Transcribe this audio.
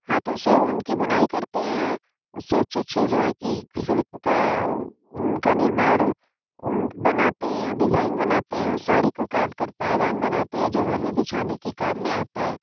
हाथों से ऊन की बुनाई करते हैं उससे अच्छे अच्छे जो हैं कि शिल्प का ऊन का निर्माण ऊन बनाते हैं डिज़ाइन बनाते हैं और साड़ी काे काट कर पायदान बनाते है जो घर में बिछाने के काम में आता है